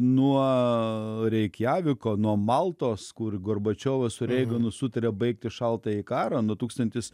nuo reikjaviko nuo maltos kur gorbačiovas su reiganu sutarė baigti šaltąjį karą nuo tūkstantis